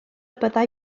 byddai